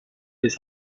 his